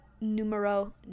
numero